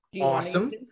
Awesome